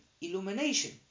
illumination